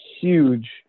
huge